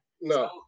no